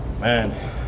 man